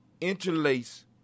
interlace